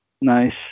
nice